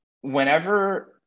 whenever